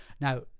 now